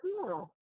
cool